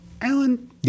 Alan